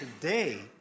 today